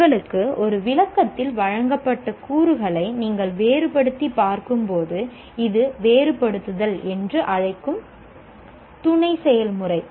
உங்களுக்கு ஒரு விளக்கத்தில் வழங்கப்பட்ட கூறுகளை நீங்கள் வேறுபடுத்திப் பார்க்கும்போது இது வேறுபடுத்துதல் என்று அழைக்கும் துணை செயல்முறை